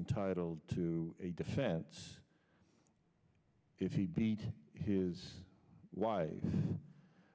entitled to a defense if he beat his wife